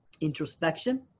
introspection